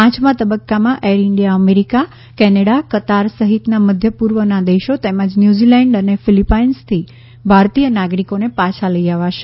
પાંચમા તબક્કામાં Air India America Canada Qatar સહિતના મધ્યપૂર્વના દેશો તેમજ ન્યુઝીલેન્ડ અને ફિલિપાઈન્સથી ભારતીય નાગરિકોને પાછા લઈ આવશે